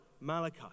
Malachi